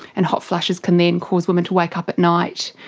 and hot flushes can then cause women to wake up at night,